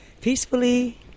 peacefully